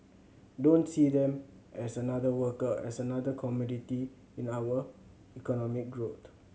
don't see them as another worker as another commodity in our economic growth